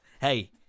Hey